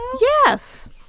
Yes